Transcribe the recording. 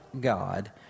God